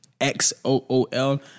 x-o-o-l